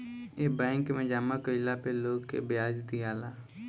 ए bank मे जामा कइला पे लोग के ब्याज दियाला